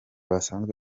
basanzwe